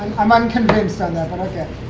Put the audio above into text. i'm unconvinced on that. but ok.